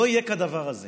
לא יהיה כדבר הזה